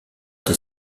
été